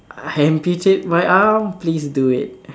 amputate my arm please do it